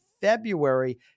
February